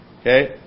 Okay